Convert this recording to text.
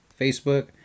Facebook